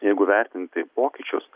jeigu vertint taip pokyčius